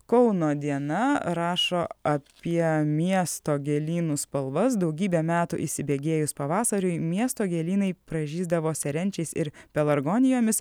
kauno diena rašo apie miesto gėlynų spalvas daugybę metų įsibėgėjus pavasariui miesto gėlynai pražysdavo serenčiais ir pelargonijomis